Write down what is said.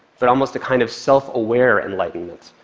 but almost a kind of self-aware enlightenment,